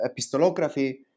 epistolography